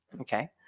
okay